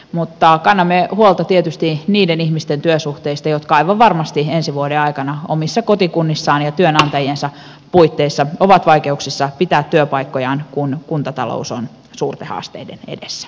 mutta kannamme huolta tietysti niiden ihmisten työsuhteista jotka aivan varmasti ensi vuoden aikana omissa kotikunnissaan ja työnantajiensa puitteissa ovat vaikeuksissa pitää työpaikkojaan kun kuntatalous on suurten haasteiden edessä